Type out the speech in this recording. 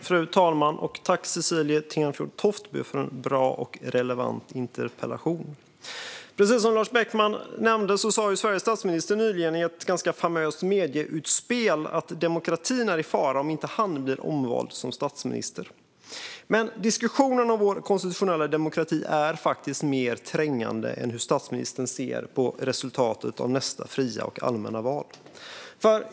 Fru talman! Jag vill tacka Cecilie Tenfjord Toftby för en bra och relevant interpellation. Precis som Lars Beckman nämnde sa nyligen Sveriges statsminister i ett ganska famöst medieutspel att demokratin är i fara om inte han blir omvald som statsminister. Men diskussionen om vår konstitutionella demokrati är mer trängande än hur statsministern ser på resultatet av nästa fria och allmänna val.